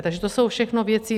Takže to jsou všechno věci...